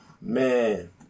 Man